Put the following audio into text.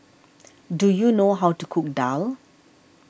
do you know how to cook Daal